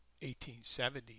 1870